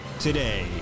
Today